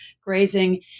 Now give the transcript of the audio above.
grazing